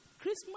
Christmas